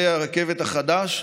חברות וחברי הכנסת,